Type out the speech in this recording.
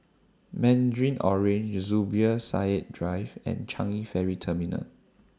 Mandarin Orange Zubir Said Drive and Changi Ferry Terminal